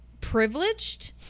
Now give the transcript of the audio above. privileged